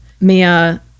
Mia